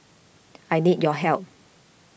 I need your help